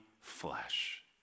flesh